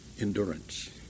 endurance